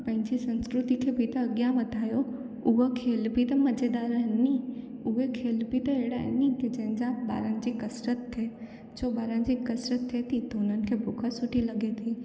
पंहिंजी संस्कृती खे बि त अॻियां वधायो उहा खेल बि त मज़ेदार आहिनि नी उहे खेल बि त अहिड़ा आहिन नी के जंहिंजा ॿारनि जी कसरत थिए छो ॿारनि जी कसरत थिए थी हुननि खे बुख सुठी लॻे थी